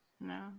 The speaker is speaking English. No